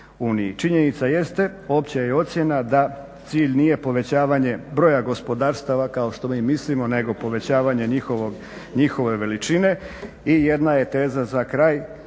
Činjenica jeste, opća je ocjena da cilj nije povećavanje broja gospodarstava kao što mi mislimo nego povećavanje njihove veličine i jedna je teza za kraj.